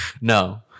No